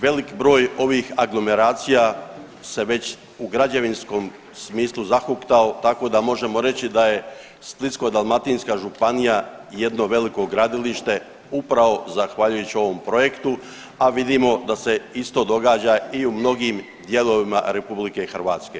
Velik broj ovih aglomeracija se već u građevinskom smislu zahuktao, tako da možemo reći da je Splitsko-dalmatinska županija jedno veliko gradilište upravo zahvaljujući ovom projektu, a vidimo da se isto događa i u mnogim dijelovima Republike Hrvatske.